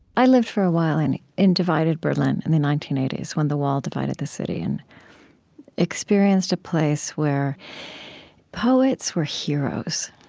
i lived for a while and in divided berlin in the nineteen eighty s, when the wall divided the city, and experienced a place where poets were heroes.